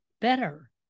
better